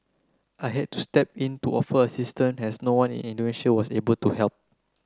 I had to step in to offer assistance as no one in Indonesia was able to help